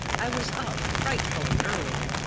i was up frightfully early.